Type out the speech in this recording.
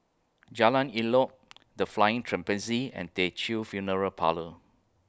Jalan Elok The Flying Trapeze and Teochew Funeral Parlour